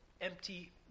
empty